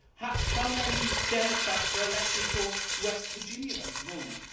how how many democrats are elected for west virginia at the moment?